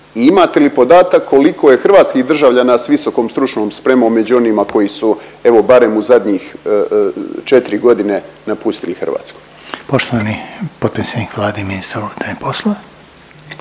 imate li podatak koliko je hrvatskih državljana s visokom stručnom spremom među onima koji su evo barem u zadnjih 4 godine napustili Hrvatsku? **Reiner, Željko (HDZ)** Poštovani potpredsjednik Vlade i ministar unutarnjih poslova.